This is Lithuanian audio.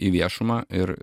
į viešumą ir